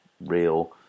real